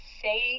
say